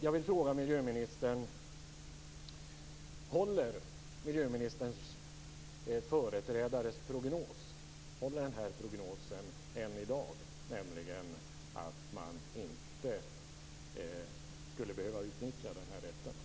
Jag vill fråga miljöministern: Håller miljöministerns företrädares prognos än i dag? Behöver man alltså inte utnyttja denna rätt?